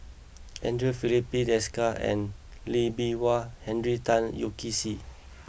Andre Filipe Desker Lee Bee Wah and Henry Tan Yoke See